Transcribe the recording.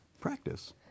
practice